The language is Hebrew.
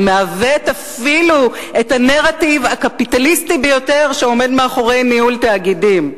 זה מעוות אפילו את הנרטיב הקפיטליסטי ביותר שעומד מאחורי ניהול תאגידים.